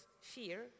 fear